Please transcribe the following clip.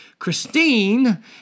Christine